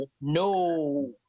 No